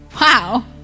Wow